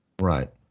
Right